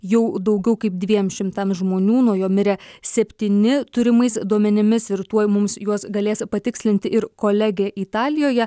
jau daugiau kaip dviem šimtam žmonių nuo jo mirė septyni turimais duomenimis ir tuoj mums juos galės patikslinti ir kolegė italijoje